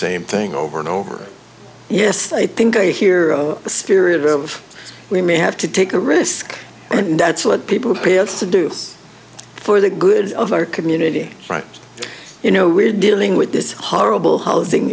same thing over and over yes i think i hear the spirit of we may have to take a risk and that's what people pay us to do for the good of our community right you know we're dealing with this horrible ho